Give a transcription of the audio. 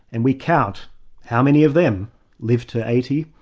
and we count how many of them live to eighty,